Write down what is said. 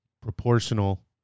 proportional